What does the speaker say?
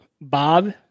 bob